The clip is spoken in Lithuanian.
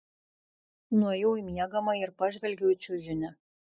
nuėjau į miegamąjį ir pažvelgiau į čiužinį